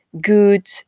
good